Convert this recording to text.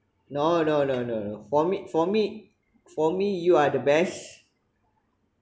no no no no for me for me for me you are the best